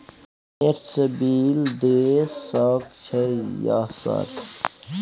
Net से bill देश सक छै यह सर?